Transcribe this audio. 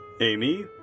Amy